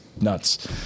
nuts